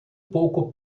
pouco